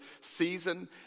season